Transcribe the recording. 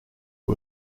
who